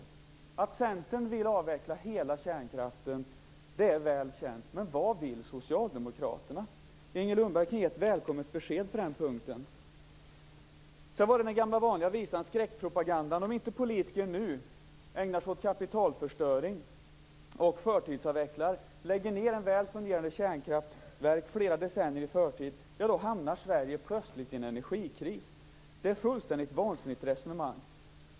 Att Centern vill avveckla hela kärnkraften är väl känt. Men vad vill Socialdemokraterna? Inger Lundberg kan ge ett välkommet besked på den punkten. Sedan var det den gamla vanliga visan och skräckpropagandan. Om inte politiker nu ägnar sig åt kapitalförstöring, förtidsavvecklar och lägger ned ett väl fungerande kärnkraftverk flera decennier i förtid hamnar Sverige plötsligt i en energikris. Det är ett fullständigt vansinnigt resonemang.